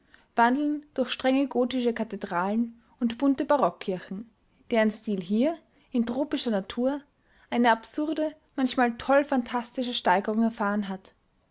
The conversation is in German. wandeln durch strenge gothische kathedralen und bunte barockkirchen deren stil hier in tropischer natur eine absurde manchmal toll-phantastische steigerung erfahren hat